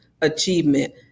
achievement